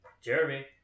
Jeremy